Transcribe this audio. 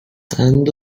قند